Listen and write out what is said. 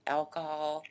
alcohol